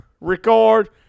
record